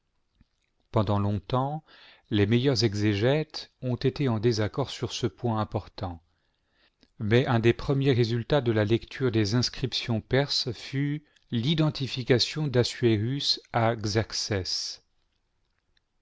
pendant longtemps les meilleurs exégètes ont été en désaccord sur ce point important mais un des premiers résultats de la lecture des inscriptions perses fut l'identification d'assuérus